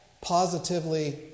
positively